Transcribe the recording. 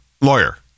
lawyer